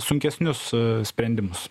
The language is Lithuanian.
sunkesnius sprendimus